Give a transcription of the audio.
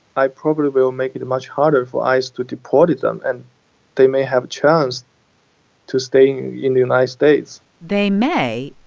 i probably will make it much harder for ice to deport them. and they may have a chance to stay in the united states they may.